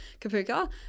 Kapuka